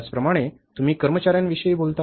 त्याचप्रमाणे तुम्ही कर्मचार्यांविषयी बोलता